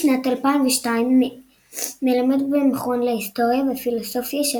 משנת 2002 מלמד במכון להיסטוריה ופילוסופיה של